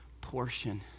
portion